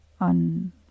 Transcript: on